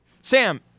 Sam